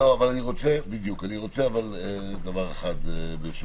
אבל אני רוצה דבר אחד, ברשותך,